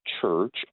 church